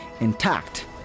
intact